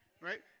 Right